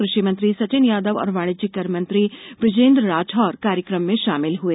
कृषि मंत्री सचिन यादव और वाणिज्यिक कर मंत्री बृजेन्द्र राठौर कार्यक्रम में शामिल हुए